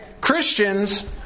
Christians